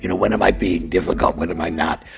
you know when am i being difficult? when am i not,